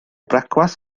brecwast